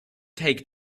take